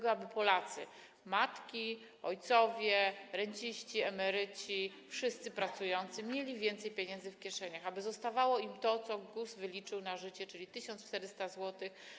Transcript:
Proponujemy, aby Polacy, matki, ojcowie, renciści, emeryci, wszyscy pracujący mieli więcej pieniędzy w kieszeniach, aby zostawało im to, co GUS wyliczył na życie, czyli 1400 zł.